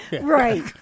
Right